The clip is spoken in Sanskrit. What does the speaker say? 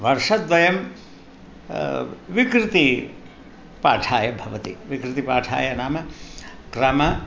वर्षद्वयं विकृतिपाठाय भवति विकृतिपाठाय नाम क्रम